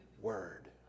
word